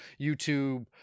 YouTube